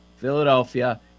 Philadelphia